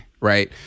right